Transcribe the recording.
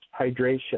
hydration